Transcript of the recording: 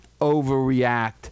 overreact